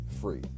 free